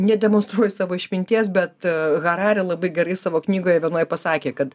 nedemonstruoja savo išminties bet harari labai gerai savo knygoje vienoj pasakė kad